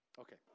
Okay